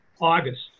August